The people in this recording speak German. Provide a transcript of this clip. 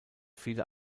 viele